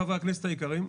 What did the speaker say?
חברי הכנסת היקרים,